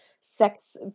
sex